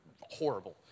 horrible